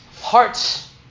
hearts